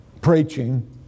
preaching